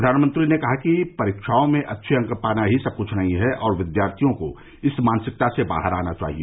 प्रधानमंत्री ने कहा कि परीक्षाओं में अच्छे अंक पाना ही सब कुछ नहीं है और विद्यार्थियों को इस मानसिकता से बाहर आना चाहिए